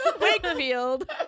Wakefield